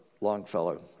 Longfellow